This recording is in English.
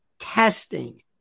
Testing